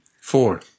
Four